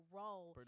role